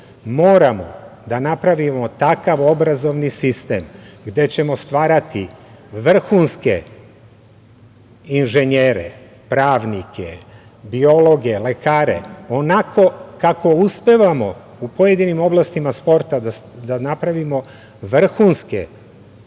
vrat. Moramo da napravimo takav obrazovni sistem gde ćemo stvarati vrhunske inženjere, pravnike, biologe, lekare onako kako uspevamo u pojedinim oblastima sporta da napravimo vrhunske sportiste,